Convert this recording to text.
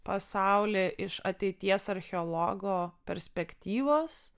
pasaulį iš ateities archeologo perspektyvos